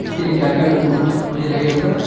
اس کے لیے کیا ڈاکومینٹس مجھے لگے گا سر